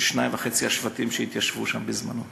של שניים וחצי השבטים שהתיישבו שם בזמנו,